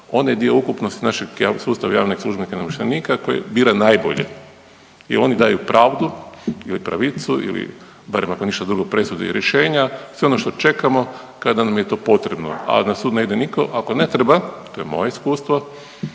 onaj dio ukupnosti našeg sustava javnih službenika i namještenika koje bira najbolje jer oni daju pravdu ili pravicu ili, barem ako ništa drugo, presude i rješenja, sve ono što čekamo kada nam je to potrebno, a na sud ne ide nitko ako ne treba, to je moje iskustvo,